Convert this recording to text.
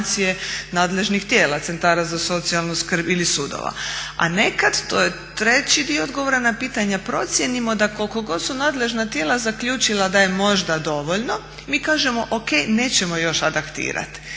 informacije nadležnih tijela centara za socijalnu skrb ili sudova. A nekad, to je treći dio odgovora na pitanje, procijenimo da koliko su god nadležna tijela zaključila da je možda dovoljno mi kažemo ok nećemo još adaktirati,